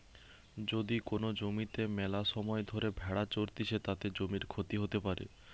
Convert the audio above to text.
যদি কোন জমিতে মেলাসময় ধরে ভেড়া চরতিছে, তাতে জমির ক্ষতি হতে পারে